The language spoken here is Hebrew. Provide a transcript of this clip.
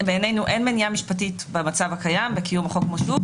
בעינינו אין מניעה משפטית במצב הקיים בקיום החוק כמו שהוא,